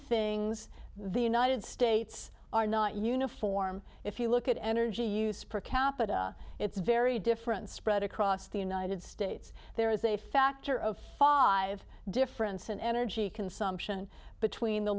things the united states are not uniform if you look at energy use per capita it's very different spread across the united states there is a factor of five difference in energy consumption between the